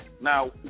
Now